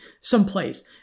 someplace